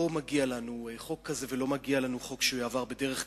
לא מגיע לנו חוק כזה ולא מגיע לנו חוק שעבר בדרך כזאת.